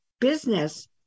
business